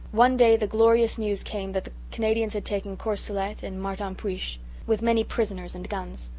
one day the glorious news came that the canadians had taken courcelette and martenpuich, with many prisoners and guns.